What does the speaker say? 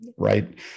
right